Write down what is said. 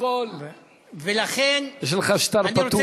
יש לך שטר פתוח.